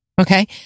Okay